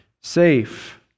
safe